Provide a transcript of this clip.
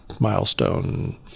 milestone